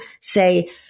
say